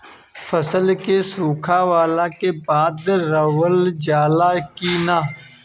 फसल के सुखावला के बाद रखल जाला कि न?